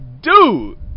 dude